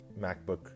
MacBook